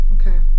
okay